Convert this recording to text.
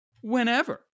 whenever